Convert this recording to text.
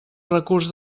recurs